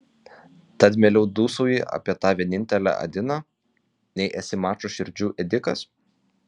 tad mieliau dūsauji apie tą vienintelę adiną nei esi mačo širdžių ėdikas